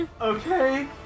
Okay